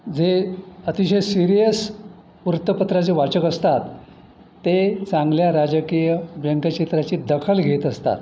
जे अतिशय सिरियस वृत्तपत्राचे वाचक असतात ते चांगल्या राजकीय व्यंग्यचित्राची दखल घेत असतात